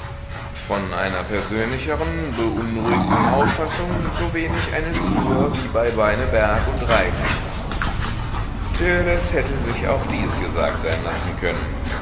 von einer persönlicheren beunruhigten auffassung so wenig eine spur wie bei beineberg und reiting törleß hätte sich auch dies gesagt sein lassen können